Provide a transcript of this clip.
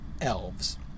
elves